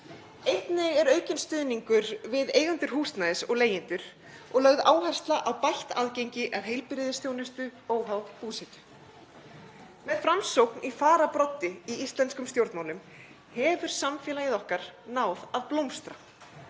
Einnig er aukinn stuðningur við eigendur húsnæðis og leigjendur og lögð áhersla á bætt aðgengi að heilbrigðisþjónustu óháð búsetu. Með Framsókn í fararbroddi í íslenskum stjórnmálum hefur samfélagið okkar náð að blómstra.